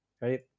right